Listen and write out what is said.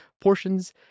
portions